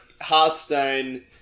Hearthstone